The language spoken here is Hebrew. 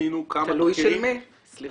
עשינו כמה תחקירים --- תלוי של מי, סליחה.